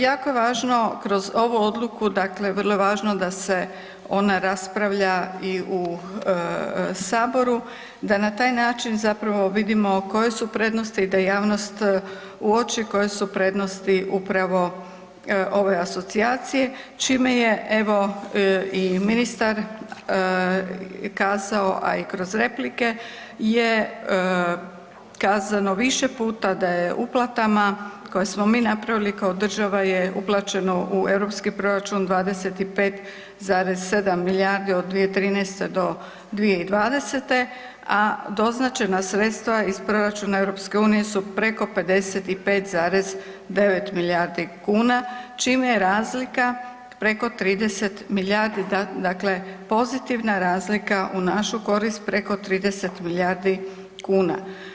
Jako je važno kroz ovu odluku dakle vrlo je važno da se ona raspravlja i u Saboru, da na taj način vidimo koje su prednosti i da javnost uoči koje su prednosti upravo ove asocijacije čime je evo i ministar kazao, a i kroz replike je kazano više puta da je uplatama koje smo mi napravili kao država je uplaćeno u europski proračun 25,7 milijardi od 2013.-2020., a doznačena sredstva iz proračuna EU su preko 55,9 milijardi kuna čime je razlika preko 30 milijardi, dakle pozitivna razlika u našu korist preko 30 milijardi kuna.